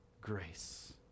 grace